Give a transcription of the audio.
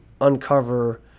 uncover